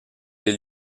des